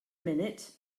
minute